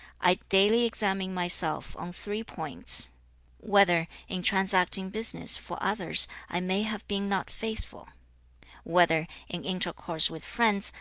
i daily examine myself on three points whether, in transacting business for others, i may have been not faithful whether, in intercourse with friends,